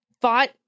fought